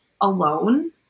alone